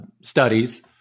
studies